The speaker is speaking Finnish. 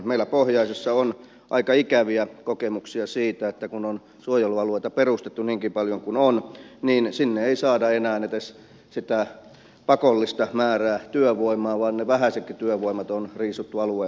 meillä pohjoisessa on aika ikäviä kokemuksia siitä että kun on suojelualueita perustettu niinkin paljon kuin on niin sinne ei saada enää edes sitä pakollista määrää työvoimaa vaan ne vähäisetkin työvoimat on riisuttu alueelta pois